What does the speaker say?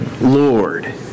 Lord